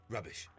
Rubbish